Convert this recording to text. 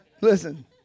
listen